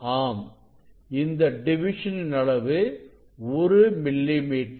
ஆம் இந்த டிவிஷன் இன் அளவு 1 மில்லி மீட்டர்